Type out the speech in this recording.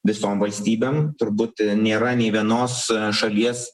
visom valstybėm turbūt nėra nei vienos šalies